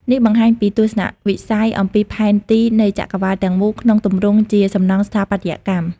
នេះបង្ហាញពីទស្សនៈវិស័យអំពីផែនទីនៃចក្រវាឡទាំងមូលក្នុងទម្រង់ជាសំណង់ស្ថាបត្យកម្ម។